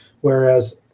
whereas